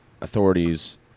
authorities